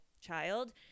child